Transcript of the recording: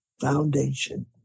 foundation